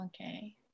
okay